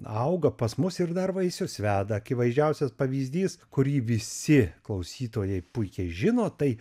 auga pas mus ir dar vaisius veda akivaizdžiausias pavyzdys kurį visi klausytojai puikiai žino tai